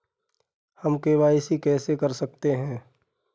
हम के.वाई.सी कैसे कर सकते हैं?